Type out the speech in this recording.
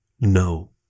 No